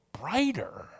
brighter